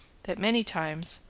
that many times,